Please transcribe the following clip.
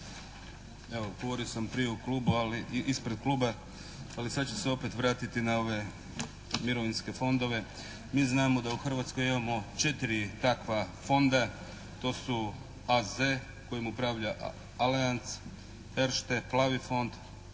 evo govorio sam prije u Klubu ali, i ispred Kluba, ali sad ću se opet vratiti na ove mirovinske fondove. Mi znamo da u Hrvatskoj imamo 4 takva fonda. To su AZ kojim upravlja Alliantz, Erste Plavi fond,